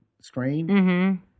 screen